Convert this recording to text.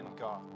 God